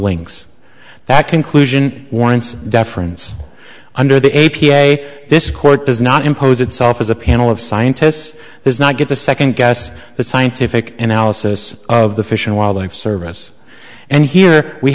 links that conclusion once deference under the a p a this court does not impose itself as a panel of scientists there's not get to second guess the scientific analysis of the fish and wildlife service and here we